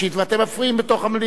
ואתם מפריעים בתוך המליאה.